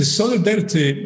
solidarity